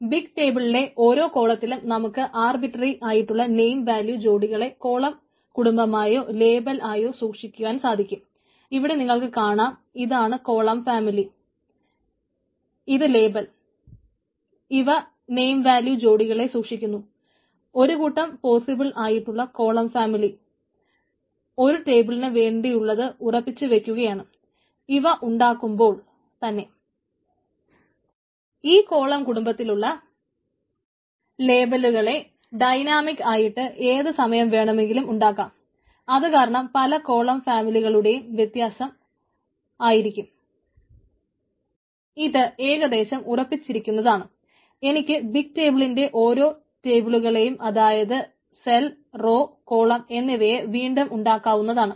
അപ്പോൾ ബിഗ് ടേബിളിലെ ഓരോ കോളത്തിലും നമുക്ക് ആർബിട്രറി കോളം എന്നിവയെ വീണ്ടും ഉണ്ടാക്കാവുന്നതാണ്